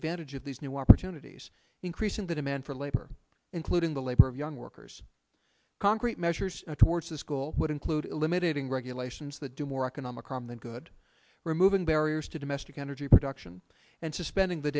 advantage of these new opportunities increasing the demand for labor including the labor of young workers concrete measures towards the school would include eliminating regulations that do more economic harm than good removing barriers to domestic energy production and suspending the